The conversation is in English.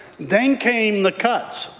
then came the cuts.